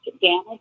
damage